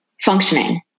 functioning